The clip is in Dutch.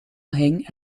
ging